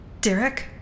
Derek